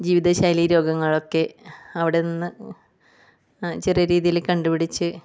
ജീവിത ശൈലി രോഗങ്ങളൊക്കെ അവിടെ നിന്ന് ചെറിയ രീതിയിൽ കണ്ടുപിടിച്ച്